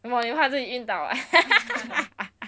什么你怕自己晕倒 ah